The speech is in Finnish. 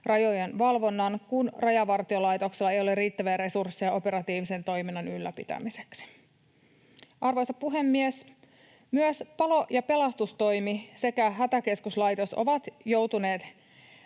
rajojen valvonnan, kun Rajavartiolaitoksella ei ole riittäviä resursseja operatiivisen toiminnan ylläpitämiseksi. Arvoisa puhemies! Myös palo‑ ja pelastustoimi sekä Hätäkeskuslaitos ovat joutuneet